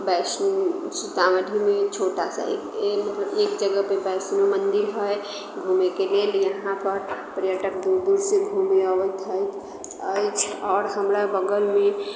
बैष्णो सीतामढ़ी मे एक छोटासा एक एक एक जगह पे बैष्णो मन्दिर है घुमै के लेल इहाँ पर पर्यटक दूर दूरसे घुमे अबैत है अछि आओर हमरा बगल मे